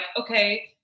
okay